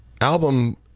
album